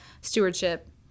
stewardship